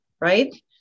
right